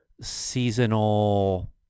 seasonal